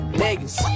niggas